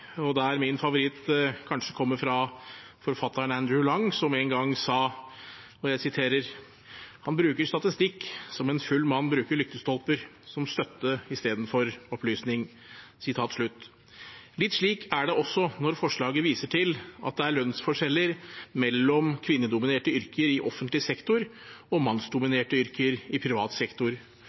og min favoritt kommer kanskje fra forfatteren Andrew Lang, som en gang sa: «Han bruker statistikk som den berusede mann bruker lyktestolpen: mer til støtte enn til opplysning.» Litt slik er det også når forslaget viser til at det er lønnsforskjeller mellom kvinnedominerte yrker i offentlig sektor og mannsdominerte yrker i privat sektor,